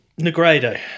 Negredo